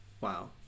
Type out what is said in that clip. wow